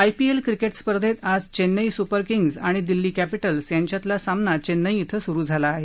IPL cricket स्पर्धेत आज Chennai Super Kings आणि दिल्ली कॅपिटल्स यांच्यातला सामना चेन्नई इथं सुरु झाला आहे